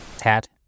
hat